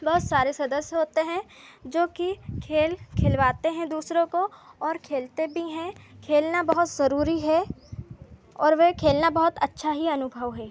बहुत सारे सदस्य होते हैं जोकि खेल खेलवाते हैं दूसरों को और खेलते भी हैं खेलना बहुत ज़रूरी है और वह खेलना बहुत अच्छा ही अनुभव है